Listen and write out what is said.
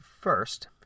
first